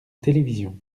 télévision